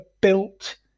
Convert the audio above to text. built